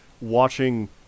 watching